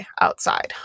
outside